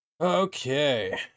Okay